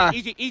um easy